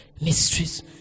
Mysteries